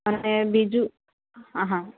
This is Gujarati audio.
અને બીજું હા